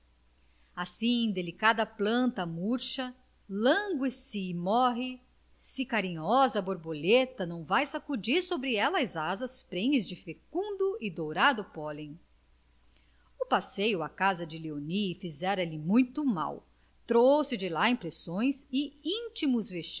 assim delicada planta murcha languesce e morre se carinhosa borboleta não vai sacudir sobre ela as asas prenhes de fecundo e dourado pólen o passeio à casa de léonie fizera-lhe muito mal trouxe de lá impressões de íntimos